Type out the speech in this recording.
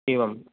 एवम्